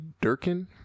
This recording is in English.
Durkin